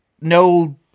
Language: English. no